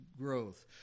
growth